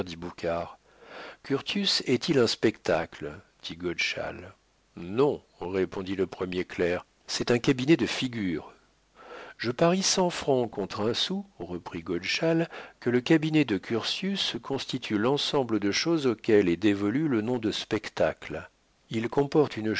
curtius est-il un spectacle dit godeschal non répondit le premier clerc c'est un cabinet de figures je parie cent francs contre un sou reprit godeschal que le cabinet de curtius constitue l'ensemble de choses auquel est dévolu le nom de spectacle il comporte